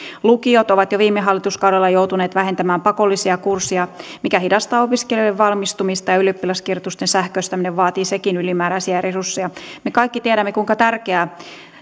lukiot ovat jo viime hallituskaudella joutuneet vähentämään pakollisia kursseja mikä hidastaa opiskelijoiden valmistumista ja ylioppilaskirjoitusten sähköistäminen vaatii sekin ylimääräisiä resursseja me kaikki tiedämme kuinka tärkeää